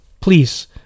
please